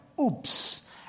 oops